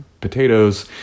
potatoes